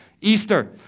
easter